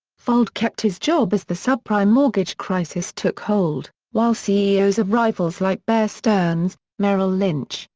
fuld kept his job as the subprime mortgage crisis took hold, while ceos of rivals like bear stearns, merrill lynch,